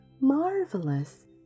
Marvelous